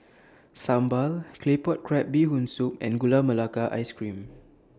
Sambal Claypot Crab Bee Hoon Soup and Gula Melaka Ice Cream